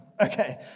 Okay